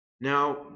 Now